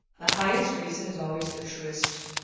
the highest reason is always the truest.